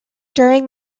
during